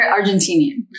Argentinian